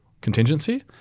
contingency